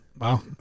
Wow